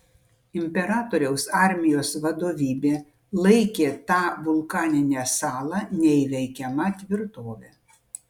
imperatoriaus armijos vadovybė laikė tą vulkaninę salą neįveikiama tvirtove